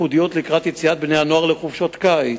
ייחודיות לקראת יציאת הנוער לחופשת הקיץ.